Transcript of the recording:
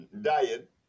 diet